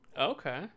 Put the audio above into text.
Okay